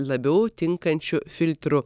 labiau tinkančiu filtru